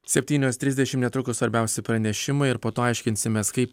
septynios trisdešim netrukus svarbiausi pranešimai ir po to aiškinsimės kaip